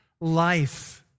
life